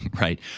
right